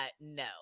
no